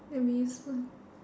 it'll be useful